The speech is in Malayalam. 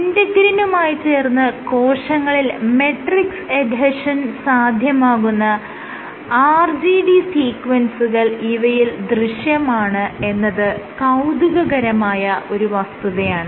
ഇന്റെഗ്രിനുമായി ചേർന്ന് കോശങ്ങളിൽ മെട്രിക്സ് എഡ്ഹെഷൻ സാധ്യമാകുന്ന RGD സീക്വൻസുകൾ ഇവയിൽ ദൃശ്യമാണ് എന്നത് കൌതുകകരമായ ഒരു വസ്തുതയാണ്